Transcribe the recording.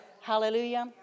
Hallelujah